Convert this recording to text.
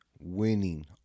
winning